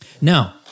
Now